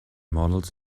models